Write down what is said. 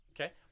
Okay